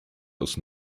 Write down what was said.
was